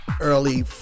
early